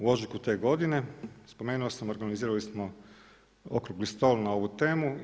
U ožujku te godine, spomenuo sam organizirali smo okrugli stol na ovu temu.